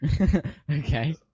Okay